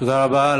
תודה רבה.